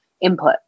input